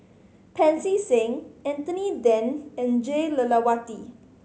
Pancy Seng Anthony Then and Jah Lelawati